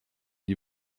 die